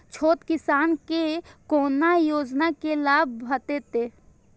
छोट किसान के कोना योजना के लाभ भेटते?